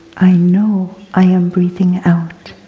i know i am breathing out.